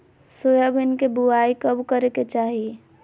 Soybean के बुआई कब करे के चाहि?